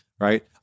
right